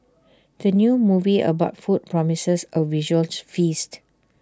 the new movie about food promises A visual to feast